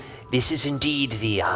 this is indeed the ah